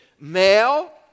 Male